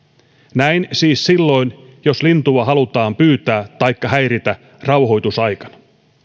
näin siis silloin jos lintua halutaan pyytää taikka häiritä rauhoitusaikana